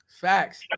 Facts